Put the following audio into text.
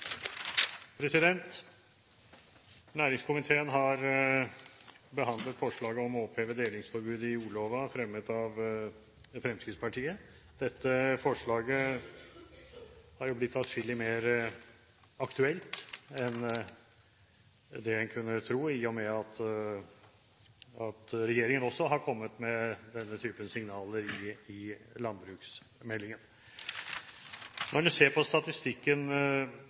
vedtatt. Næringskomiteen har behandlet forslaget om å oppheve delingsforbudet i jordloven, fremmet av Fremskrittspartiet. Dette forslaget har blitt atskillig mer aktuelt enn det en kunne tro, i og med at regjeringen også har kommet med denne typen signaler i landbruksmeldingen. Når en ser på statistikken,